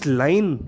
line